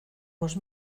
bost